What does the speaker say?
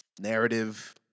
narrative